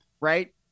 right